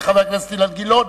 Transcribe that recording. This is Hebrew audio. חבר הכנסת אילן גילאון,